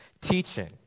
teaching